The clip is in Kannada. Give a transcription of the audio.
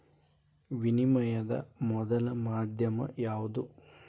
ವಿನಿಮಯದ ಮೊದಲ ಮಾಧ್ಯಮ ಯಾವ್ದು